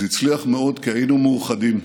זה הצליח מאוד כי היינו מאוחדים,